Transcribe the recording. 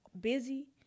busy